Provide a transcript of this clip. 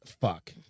fuck